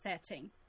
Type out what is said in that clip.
setting